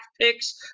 picks